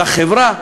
לחברה.